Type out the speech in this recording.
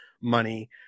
money